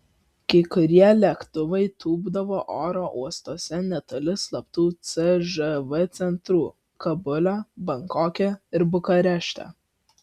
kai kurie lėktuvai tūpdavo oro uostuose netoli slaptų cžv centrų kabule bankoke ir bukarešte